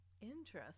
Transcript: Interesting